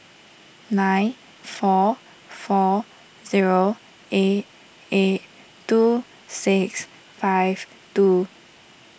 nine four four zero eight eight two six five two